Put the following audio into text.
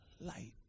light